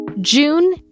June